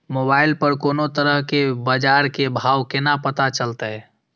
Mobile पर कोनो तरह के बाजार के भाव केना पता चलते?